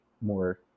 more